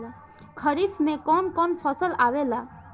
खरीफ में कौन कौन फसल आवेला?